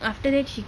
after that she